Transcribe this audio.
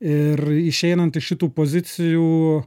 ir išeinant iš šitų pozicijų